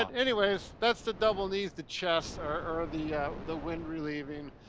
and anyways, that's the double knees to chest or the the wind relieving.